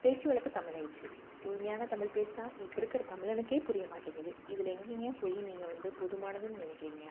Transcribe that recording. பேச்சு வழக்கு தமிழ் ஆகிருச்சு தூய்மையான தமிழ் பேசினால் இப்போ இருக்கிற தமிழனுக்கே புரிய மாட்டேங்குது இதில் எங்கெங்க போய் நீங்கள் வந்து போதுமானதுன்னு நினைக்கிறீங்க